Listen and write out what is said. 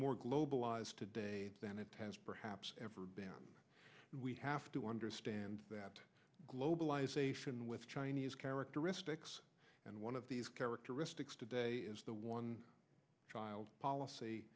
more globalized today than it has perhaps ever been we have to understand that globalization with chinese characteristics and one of these characteristics today is the one child policy